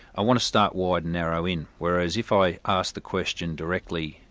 i want to start wide and narrow in, whereas if i ask the question directly,